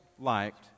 liked